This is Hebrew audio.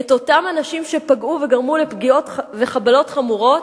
את אותם אנשים שפגעו וגרמו לפגיעות וחבלות חמורות,